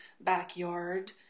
backyard